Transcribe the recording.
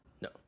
No